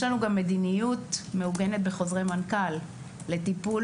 יש לנו גם מדיניות מעוגנת בחוזרי מנכ"ל לטיפול